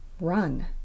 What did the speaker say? run